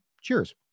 cheers